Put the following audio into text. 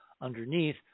underneath